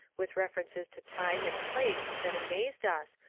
with references to time and place that amazed us,